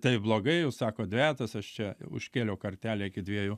taip blogai jūs sakot dvejetas aš čia užkėliau kartelę iki dviejų